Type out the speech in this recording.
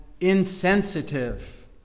insensitive